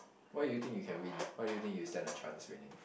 why do you think you can win why do you think you stand a chance winning